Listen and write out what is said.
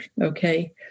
okay